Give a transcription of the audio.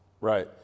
Right